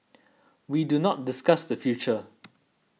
we do not discuss the future